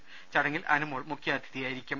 ട ചടങ്ങിൽ അനുമോൾ മുഖ്യാതിഥിയായിരിക്കും